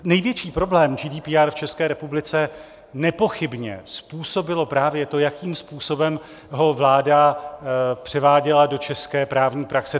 Největší problém činí GDPR České republice nepochybně způsobilo právě to, jakým způsobem ho vláda převáděla do české právní praxe.